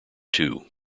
two